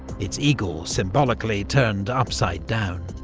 its eagle symbolically turned upside down.